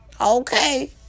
Okay